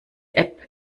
app